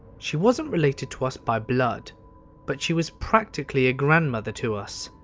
she wasn't related to us by blood but she was practically a grandmother to us.